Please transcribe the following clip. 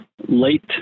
late